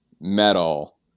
metal